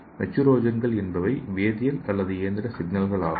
மெட்டூரோஜன்கள் என்பவை வேதியியல் அல்லது இயந்திர சிக்னல்கள் ஆகும்